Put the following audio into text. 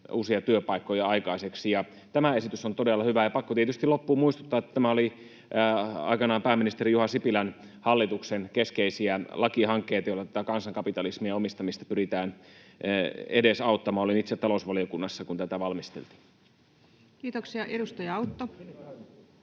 uusia työpaikkoja aikaiseksi. Tämä esitys on todella hyvä. Pakko tietysti loppuun muistuttaa, että tämä oli aikanaan pääministeri Juha Sipilän hallituksen keskeisiä lakihankkeita, joilla tätä kansankapitalismia ja omistamista pyritään edesauttamaan. Olin itse talousvaliokunnassa, kun tätä valmisteltiin. [Speech 145]